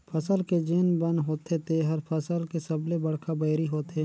फसल के जेन बन होथे तेहर फसल के सबले बड़खा बैरी होथे